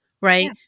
right